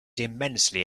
immensely